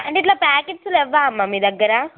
అంటే ఇట్లా ప్యాకెట్స్ లేవా అమ్మ మీ దగ్గరా